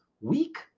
weak